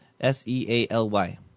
s-e-a-l-y